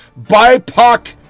BIPOC